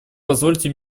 позвольте